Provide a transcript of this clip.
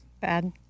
Bad